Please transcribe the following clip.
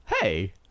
hey